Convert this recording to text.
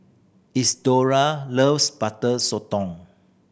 Isidore loves Butter Sotong